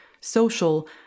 social